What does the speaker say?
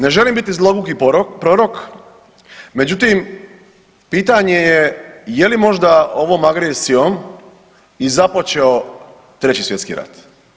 Ne želim biti zloguki prorok međutim, pitanje je je li možda ovom agresijom i započeo Treći svjetski rat.